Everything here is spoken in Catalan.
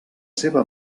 seva